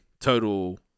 total